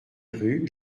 rue